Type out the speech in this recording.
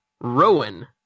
Rowan